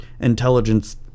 intelligence